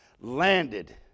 landed